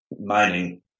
mining